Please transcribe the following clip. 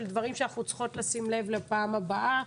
של דברים שאנחנו צריכות לשים לב לפעם הבאה.